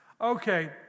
Okay